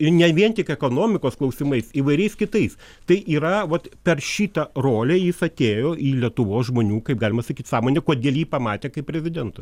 ir ne vien tik ekonomikos klausimais įvairiais kitais tai yra vat per šitą rolę jis atėjo į lietuvos žmonių kaip galima sakyt sąmonę kodėl jį pamatė kaip prezidentą